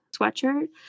sweatshirt